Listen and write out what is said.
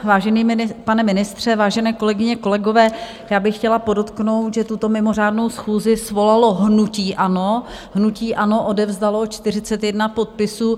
Vážený pane ministře, vážené kolegyně, kolegové, já bych chtěla podotknout, že tuto mimořádnou schůzi svolalo hnutí ANO, hnutí ANO odevzdalo 41 podpisů.